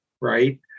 right